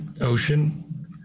ocean